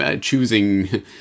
choosing